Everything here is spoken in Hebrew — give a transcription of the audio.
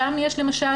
שם יש החמרה.